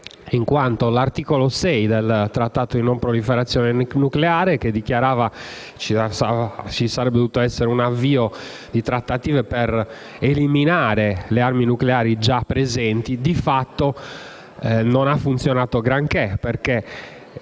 in quanto l'articolo 6 del Trattato di non proliferazione nucleare, che dichiarava che ci sarebbe dovuto essere un avvio di trattative per eliminare le armi nucleari già presenti, di fatto non ha funzionato granché: